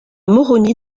moroni